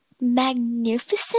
Magnificent